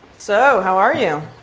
so how are you.